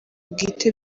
bwite